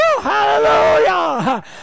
hallelujah